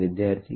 ವಿದ್ಯಾರ್ಥಿ